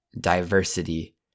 diversity